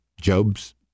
Job's